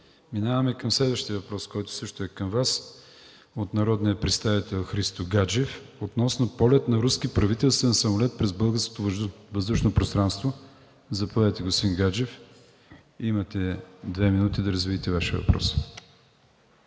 Преминаваме към следващия въпрос, който също е към Вас, от народния представител Христо Гаджев – относно полет на руски правителствен самолет през българското въздушно пространство. Заповядайте, господин Гаджев. Имате две минути да развиете Вашия въпрос.